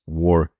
war